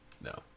No